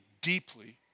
deeply